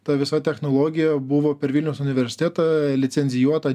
ta visa technologija buvo per vilniaus universitetą licencijuota